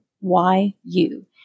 Y-U